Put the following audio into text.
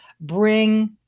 bring